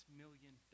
million